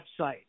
website